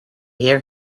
hear